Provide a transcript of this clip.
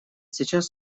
сейчас